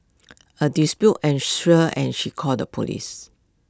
A dispute ensued and she called the Police